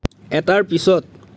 এটাৰ পিছৰ